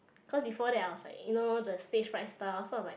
cause before that I was like you know the stage fright stuff so I was like